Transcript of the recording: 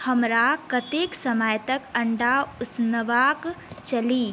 हमरा कतेक समय तक अंडा उसनबाक चलि